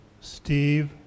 Steve